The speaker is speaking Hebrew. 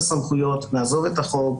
מנשקים לי את היד כשאנחנו יוצאים החוצה.